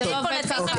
יוראי, זה לא עובד ככה.